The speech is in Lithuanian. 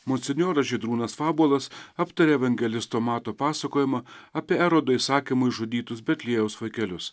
monsinjoras žydrūnas vabuolas aptarė evangelisto mato pasakojimą apie erodo įsakymu išžudytus betliejaus vaikelius